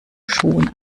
schuhen